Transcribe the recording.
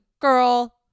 girl